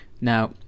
Now